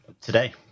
today